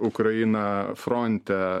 ukrainą fronte